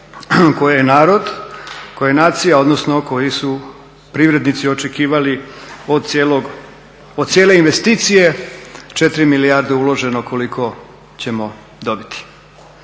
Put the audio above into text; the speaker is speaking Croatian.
koje je narod, koje je nacija odnosno koji su privrednici očekivali od cijele investicije 4 milijarde uloženog koliko ćemo dobiti.